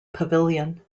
pavilion